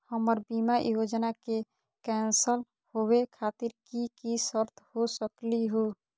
हमर बीमा योजना के कैन्सल होवे खातिर कि कि शर्त हो सकली हो?